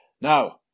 Now